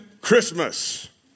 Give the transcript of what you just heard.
Christmas